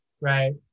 right